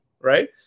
right